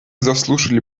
заслушали